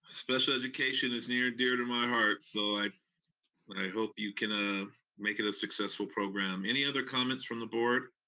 special education is near and dear to my heart, so i mean i hope you can ah make it a successful program. any other comments from the board?